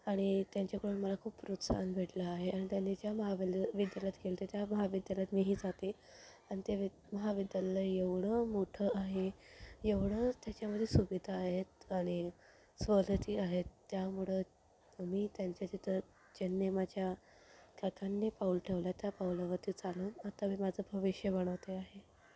आणि त्यांच्यामुळे मला खूप प्रोत्साहन भेटलं आहे आणि त्यांनी ज्या महाविद्यालयात गेले ते त्या महाविद्यालयात मीही जाते अन ते विद्य महाविद्यालय एवढं मोठं आहे एवढं त्याच्यामध्ये सुविधा आहेत आणि सवलती आहेत त्यामुळं मी त्यांच्या तिथं ज्यांनी माझ्या काकांनी पाऊल ठेवलं आहे त्या पाऊलावरती चालून आता मी माझं भविष्य बनवते आहे